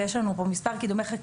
ויש לנו פה מספר קידומי חקיקה.